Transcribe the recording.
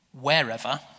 wherever